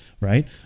right